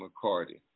McCarty